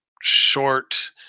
short